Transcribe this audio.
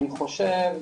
אני חושב,